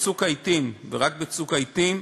בצוק העתים ורק בצוק העתים,